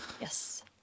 Yes